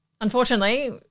unfortunately